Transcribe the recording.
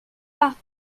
pas